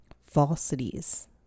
falsities